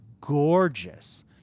gorgeous